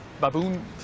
baboon